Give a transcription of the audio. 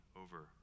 over